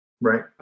Right